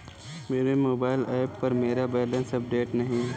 मेरे mobile app पर मेरा बैलेंस अपडेट नहीं है